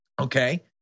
okay